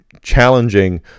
challenging